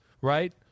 right